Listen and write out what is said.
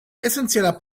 essenzieller